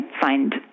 find